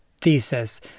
thesis